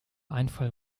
einfall